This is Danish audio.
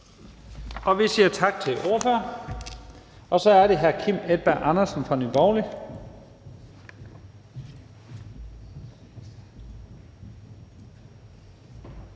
Vi siger tak til ordføreren. Så er det hr. Kim Edberg Andersen fra Nye